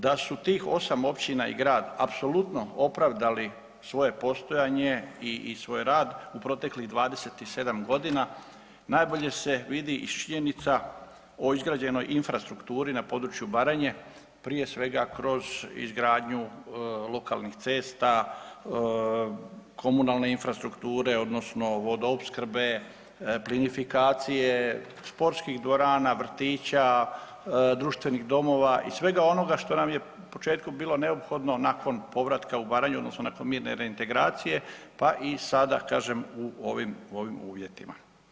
Da su tih 8 općina i grad apsolutno opravdali svoje postojanje i svoj rad u proteklih 27 godina najbolje se vidi iz činjenica o izgrađenoj infrastrukturi na području Baranje, prije svega kroz izgradnju lokalnih cesta, komunalne infrastrukture odnosno vodoopskrbe, plinifikacije, sportskih dvorana, vrtića, društvenih domova i svega onoga što nam je u početku bilo neophodno nakon povratka u Baranju odnosno nakon mirne reintegracije, pa i sada kažem u ovim uvjetima.